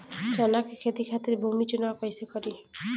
चना के खेती खातिर भूमी चुनाव कईसे करी?